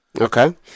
okay